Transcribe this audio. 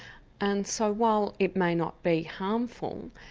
and so while it may not be harmful,